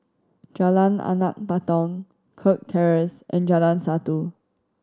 Jalan Anak Patong Kirk Terrace and Jalan Satu